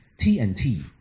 TNT